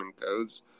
codes